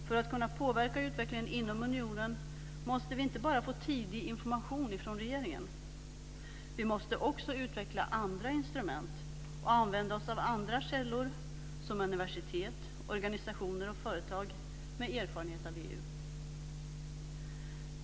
För att kunna påverka utvecklingen inom unionen måste vi inte bara få tidig information från regeringen, utan vi måste också utveckla andra instrument och använda oss av andra källor som universitet, organisationer och företag med erfarenhet av EU.